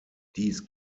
dies